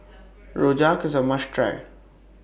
Rojak IS A must Try